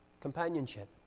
companionship